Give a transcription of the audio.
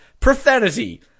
Profanity